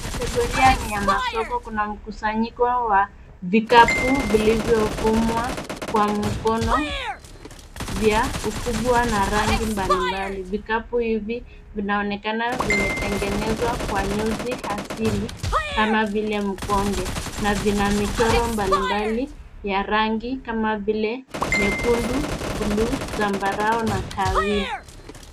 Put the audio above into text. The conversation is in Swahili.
Kategoria ni ya masoko, kuna mkusanyiko wa vikapu vilivyofumwa kwa mkono vya ukubwa na rangi mbalimbali, vikapu hivi vinaonekana vimetengenezwa kwa nyuzi asili kama vile mkonge na vina michoro mbalimbali ya rangi kama vile nyekundu, bluu, zambarau na kahawia.